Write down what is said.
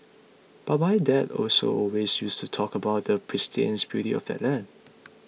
but my dad also always used to talk about the pristine beauty of that land